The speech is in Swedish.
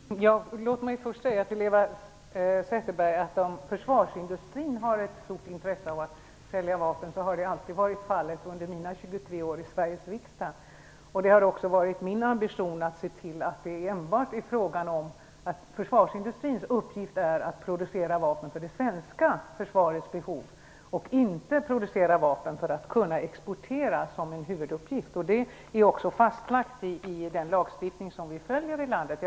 Herr talman! Låt mig först säga till Eva Zetterberg att det alltid har varit fallet under mina 23 år i Sveriges riksdag att försvarsindustrin har ett stort intresse av att sälja vapen. Det har också varit min ambition att se till att försvarsindustrins uppgift enbart är att producera vapen för det svenska försvarets behov och inte att som huvuduppgift producera vapen för att kunna exportera. Detta är också fastlagt i den lagstiftning som vi följer i landet.